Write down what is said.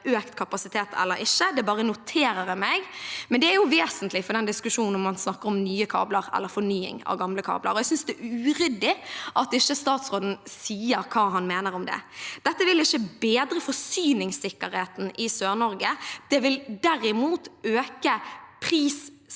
økt kapasitet eller ikke – det bare noterer jeg meg – men det er jo vesentlig for den diskusjonen når man snakker om nye kabler eller fornying av gamle kabler. Jeg synes det er uryddig at ikke statsråden sier hva han mener om det. Dette vil ikke bedre forsyningssikkerheten i Sør-Norge. Det vil derimot øke prissmitten